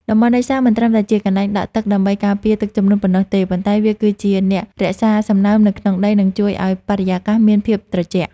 តំបន់ដីសើមមិនត្រឹមតែជាកន្លែងដក់ទឹកដើម្បីការពារទឹកជំនន់ប៉ុណ្ណោះទេ ប៉ុន្តែវាគឺជាអ្នករក្សាសំណើមនៅក្នុងដី និងជួយធ្វើឱ្យបរិយាកាសមានភាពត្រជាក់។